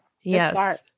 yes